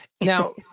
Now